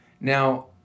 Now